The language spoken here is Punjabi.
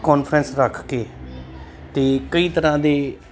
ਕੋਂਨਫਰੰਸ ਰੱਖ ਕੇ ਅਤੇ ਕਈ ਤਰ੍ਹਾਂ ਦੇ